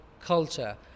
culture